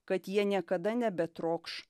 kad jie niekada nebetrokš